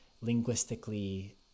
linguistically